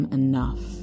enough